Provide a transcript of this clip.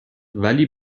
ولی